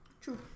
True